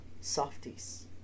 Softies